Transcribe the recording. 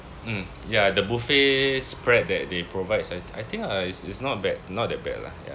mm ya the buffet spread that they provides I I think uh is not bad not that bad lah ya